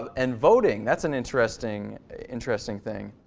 and voting, that's an interesting interesting thing.